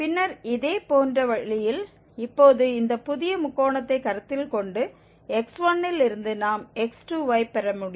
பின்னர் இதே போன்ற வழியில் இப்போது இந்த புதிய முக்கோணத்தை கருத்தில் கொண்டு x1 ல் இருந்து நாம் x2 ஐப் பெற முடியும்